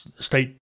State